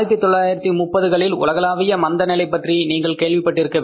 1930களின் உலகளாவிய மந்தநிலை பற்றி நீங்கள் கேள்விப்பட்டிருக்க வேண்டும்